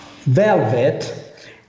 velvet